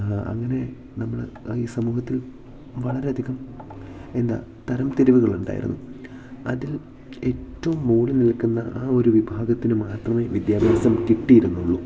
അങ്ങനെ നമ്മൾ ഈ സമൂഹത്തിൽ വളരെയധികം എന്താ തരം തിരിവുകളുണ്ടായിരുന്നു അതിൽ ഏറ്റവും മോളിൽ നിൽക്കുന്ന ആ ഒരു വിഭാഗത്തിന് മാത്രമേ വിദ്യാഭ്യാസം കിട്ടിയിരുന്നുള്ളൂ